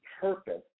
purpose